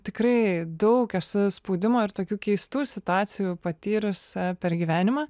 tikrai daug esu spaudimo ir tokių keistų situacijų patyrusi per gyvenimą